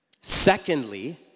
Secondly